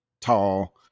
tall